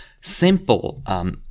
simple